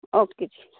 okay जी